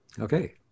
Okay